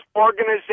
organization